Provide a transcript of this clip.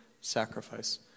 sacrifice